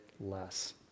less